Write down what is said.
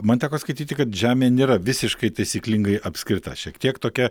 man teko skaityti kad žemė nėra visiškai taisyklingai apskrita šiek tiek tokia